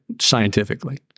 Scientifically